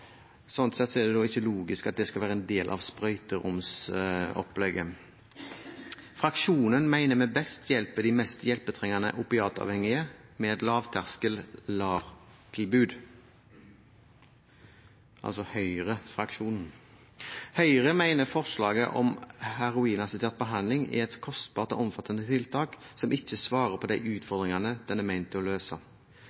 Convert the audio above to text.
sånn sett er det ikke logisk at det skal være en del av sprøyteromsopplegget. Høyrefraksjonen mener vi best hjelper de mest hjelpetrengende opiatavhengige med et lavterskel LAR-tilbud. Høyre mener forslaget om heroinassistert behandling er et kostbart og omfattende tiltak som ikke svarer på de utfordringene den er ment å løse.